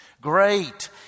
Great